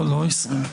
לא 20 דקות.